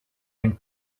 une